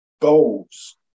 goals